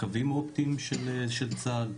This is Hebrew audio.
קווים אופטיים של צה"ל,